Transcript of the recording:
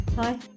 Hi